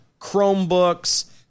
Chromebooks